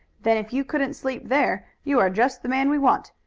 then if you couldn't sleep there you are just the man we want.